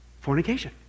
Fornication